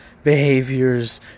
behaviors